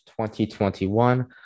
2021